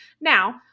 Now